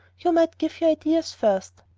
you might give your ideas first.